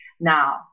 Now